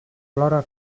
flora